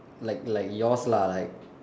like like yours lah like